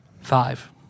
Five